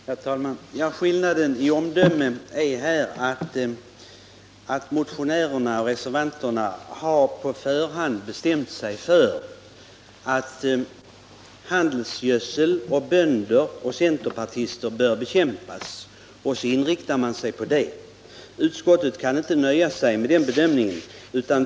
Herr talman! Skillnaden i omdöme är här att medan motionärerna och reservanterna på förhand bestämt sig för att handelsgödsel och bönder och centerpartister bör bekämpas och inriktar sig på det, så kan utskottet inte nöja sig med den bedömningen.